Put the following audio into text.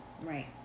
right